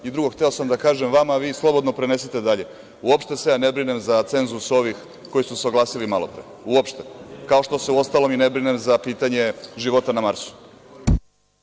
Drugo, hteo sam da kažem vama, a vi slobodno prenesite dalje, uopšte se ne brinem za cenzus ovih koji su se oglasili malopre, uopšte, kao što se ne brinem za pitanje života na Marsu.